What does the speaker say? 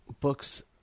books